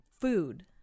food